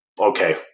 okay